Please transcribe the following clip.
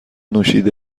نوشیده